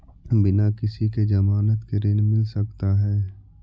बिना किसी के ज़मानत के ऋण मिल सकता है?